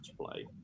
play